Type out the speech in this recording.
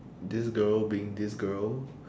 this girl being this girl